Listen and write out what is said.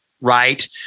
right